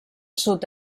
sud